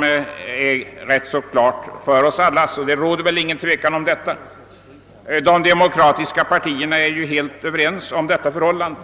väl alldeles klart för oss alla. De demokratiska partierna är ju helt överens därom.